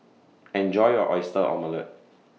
Enjoy your Oyster Omelette